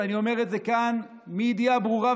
ואני אומר את זה כאן מידיעה ברורה,